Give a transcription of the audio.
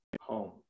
home